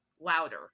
louder